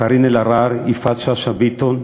קארין אלהרר ויפעת שאשא ביטון,